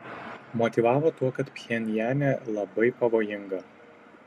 motyvavo tuo kad pchenjane labai pavojinga